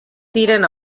tiren